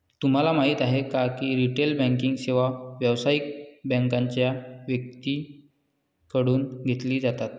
तुम्हाला माहिती आहे का की रिटेल बँकिंग सेवा व्यावसायिक बँकांच्या व्यक्तींकडून घेतली जातात